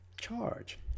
charge